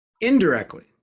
indirectly